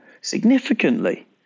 significantly